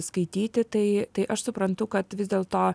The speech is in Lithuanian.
skaityti tai tai aš suprantu kad vis dėlto